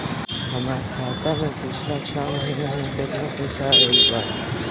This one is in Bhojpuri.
हमरा खाता मे पिछला छह महीना मे केतना पैसा आईल बा?